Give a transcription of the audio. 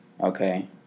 okay